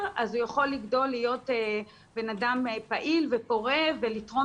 אז הוא יוכל לגדול להיות אדם פעיל ופורה ולתרום